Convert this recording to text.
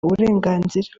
uburenganzira